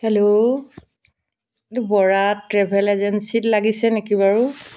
hello এইটো Bora travel এজেঞ্চীত লাগিছে নেকি বাৰু